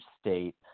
state